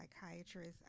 psychiatrist